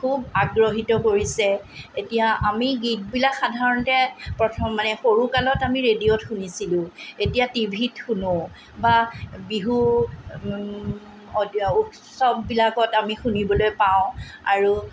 খুব আগ্ৰহীত কৰিছে এতিয়া আমি গীতবিলাক সাধাৰণতে প্ৰথম মানে সৰুকালত আমি ৰেডিঅ'ত শুনিছিলোঁ এতিয়া টি ভিত শুনোঁ বা বিহু অ উৎসৱবিলাকত আমি শুনিবলৈ পাওঁ আৰু